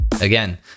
again